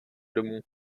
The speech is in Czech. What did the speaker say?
domů